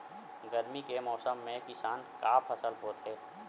गरमी के मौसम मा किसान का फसल बोथे?